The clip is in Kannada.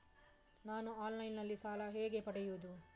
ನಾನು ಆನ್ಲೈನ್ನಲ್ಲಿ ಸಾಲ ಹೇಗೆ ಪಡೆಯುವುದು?